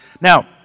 Now